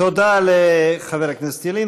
תודה לחבר הכנסת חיים ילין.